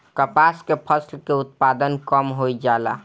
कपास के फसल के उत्पादन कम होइ जाला?